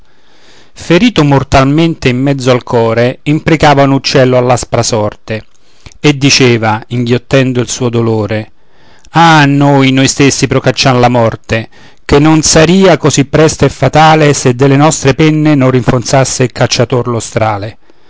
ferito ferito mortalmente in mezzo al core imprecava un uccello all'aspra sorte e diceva inghiottendo il suo dolore a noi noi stessi procacciam la morte ché non sarìa così presto e fatale se delle nostre penne non rinforzasse il cacciator lo strale